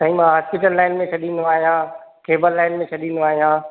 साईं मां hospital line में छॾींदो आहियां खैबल लाइन में छॾींदो आहियां